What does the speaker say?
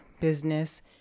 business